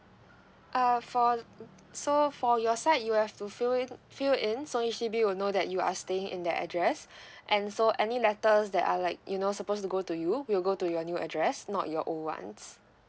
uh for so for your side you have to fill in fill in so H_D_B will know that you are staying in that address and so any letters that are like you know supposed to go to you will go to your new address not your old ones